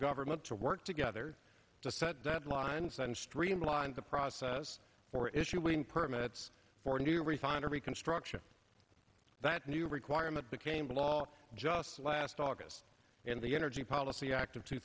government to work together to set deadlines and streamline the process for issuing permits for new refinery construction that new requirement became law just last august in the energy policy act of two